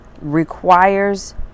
requires